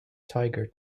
tiger